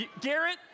Garrett